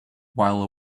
while